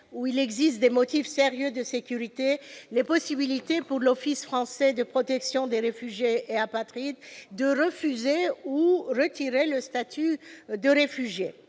où il existe des motifs sérieux de sécurité, les possibilités pour l'Office français de protection des réfugiés et apatrides de refuser ou retirer le statut de réfugié.